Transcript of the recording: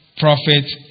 Prophet